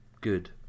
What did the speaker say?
good